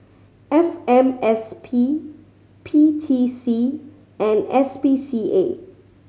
F M S P P T C and S P C A